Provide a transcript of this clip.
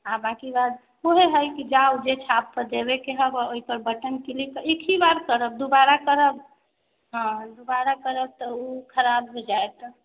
आ बाँकी बात ओहे हइ कि जाउ जै छाप पर देबे के हय ओहि पर बटन क्लिक एकही बार करब दुबारा करब हॅं दुबारा करब ओ खराब हो जायत